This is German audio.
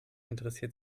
interessiert